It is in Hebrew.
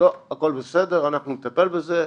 לא, הכול בסדר, אנחנו נטפל בזה.